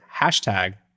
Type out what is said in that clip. hashtag